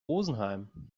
rosenheim